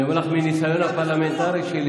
אומר לך מהניסיון הפרלמנטרי שלי,